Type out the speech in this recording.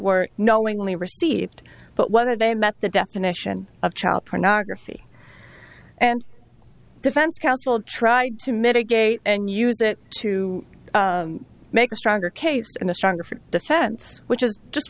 were knowingly received but whether they met the definition of child pornography and defense will try to mitigate and use it to make a stronger case and a stronger for defense which is just